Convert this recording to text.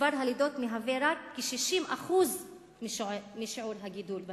מספר הלידות מהווה רק כ-60% משיעור הגידול בהתנחלויות,